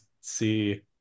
see